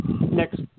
next